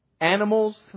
Animals